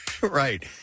Right